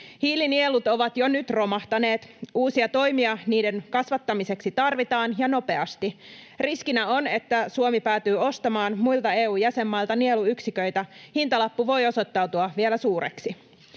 Hiilinielut ovat jo nyt romahtaneet — uusia toimia niiden kasvattamiseksi tarvitaan ja nopeasti. Riskinä on, että Suomi päätyy ostamaan muilta EU:n jäsenmailta nieluyksiköitä. Hintalappu voi osoittautua vielä suureksi.